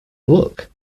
look